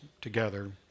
together